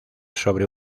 sobre